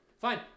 fine